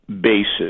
basis